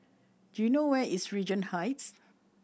do you know where is Regent Heights